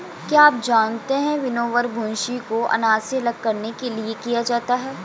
क्या आप जानते है विनोवर, भूंसी को अनाज से अलग करने के लिए किया जाता है?